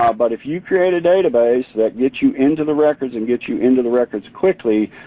um but if you create a database that gets you into the records and gets you into the records quickly,